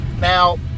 Now